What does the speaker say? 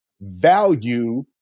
value